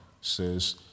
says